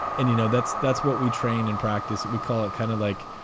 and, you know, that's that's what we train and practice. we call it kind of like